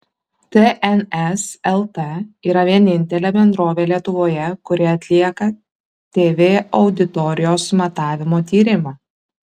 tns lt yra vienintelė bendrovė lietuvoje kuri atlieka tv auditorijos matavimo tyrimą